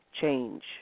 change